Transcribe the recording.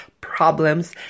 problems